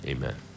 Amen